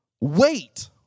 Wait